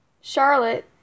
Charlotte